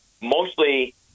mostly